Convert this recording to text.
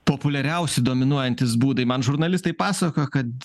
populiariausi dominuojantys būdai man žurnalistai pasakojo kad